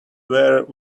were